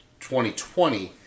2020